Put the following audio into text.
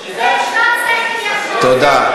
תודה.